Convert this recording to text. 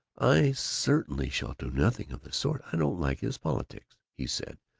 i certainly shall do nothing of the sort. i don't like his politics he said.